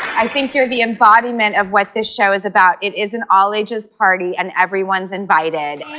i think you're the embodiment of what this show is about. it is an all-ages party and everyone's invited.